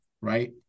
right